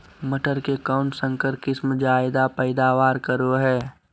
मटर के कौन संकर किस्म जायदा पैदावार करो है?